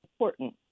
important